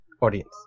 audience